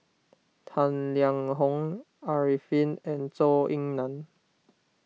Tang Liang Hong Arifin and Zhou Ying Nan